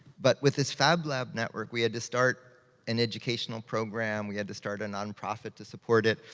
but with this fab lab network, we had to start an educational program, we had to start a non-profit to support it,